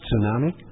tsunami